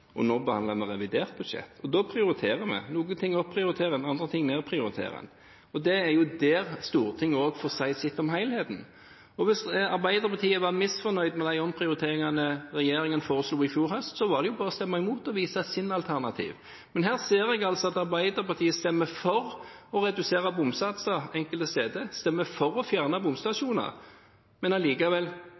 Nå behandler vi revidert budsjett, og da prioriterer vi – noen ting opprioriterer vi og noen ting nedprioriterer vi – og det er jo også der Stortinget får si sitt om helheten. Hvis Arbeiderpartiet var misfornøyd med de omprioriteringene regjeringen foreslo i fjor høst, så var det jo bare å stemme imot og vise sitt alternativ. Men her ser jeg altså at Arbeiderpartiet stemmer for å redusere bomsatser enkelte steder, de stemmer for å fjerne bomstasjoner, men